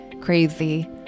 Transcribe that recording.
crazy